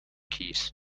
keys